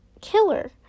killer